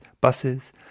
buses